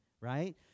right